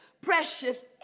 precious